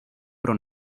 pro